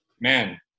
man